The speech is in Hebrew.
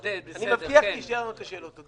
אז אני מבטיח שאשאר לענות על השאלות.